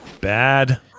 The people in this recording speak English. bad